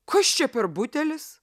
kas čia per butelis